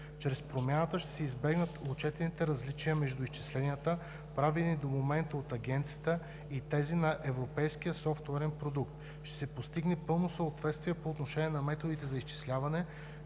чрез промяната ще се избегнат отчетени различия между изчисленията, правени до момента от Агенцията, и тези на европейския софтуерен продукт; ще се постигне пълно съответствие по отношение на методите за изчисляване,